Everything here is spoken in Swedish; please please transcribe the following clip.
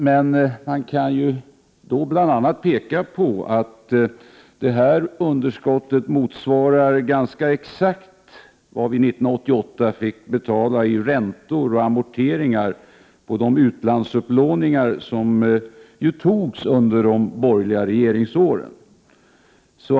Men man kan då bl.a. peka på att detta underskott ganska exakt motsvarar vad vi 1988 betalade i räntor och amorteringar på de utlandsupplåningar som togs under de borgerliga regeringsåren.